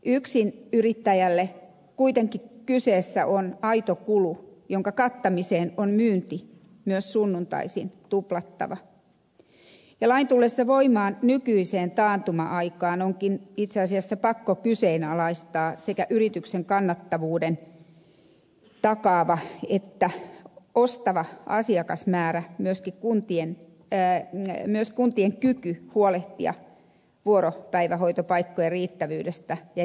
yksinyrittäjälle on kuitenkin kyseessä aito kulu jonka kattamiseen on myynti myös sunnuntaisin tuplattava ja lain tullessa voimaan nykyiseen taantuma aikaan onkin itse asiassa pakko kyseenalaistaa sekä yrityksen kannattavuuden takaavien ja ostavien asiakkaiden määrä että myös kuntien kyky huolehtia vuoropäivähoitopaikkojen riittävyydestä ja järjestämisestä